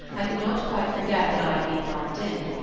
i could not quite forget that i had been locked in,